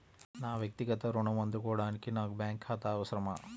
నా వక్తిగత ఋణం అందుకోడానికి నాకు బ్యాంక్ ఖాతా అవసరమా?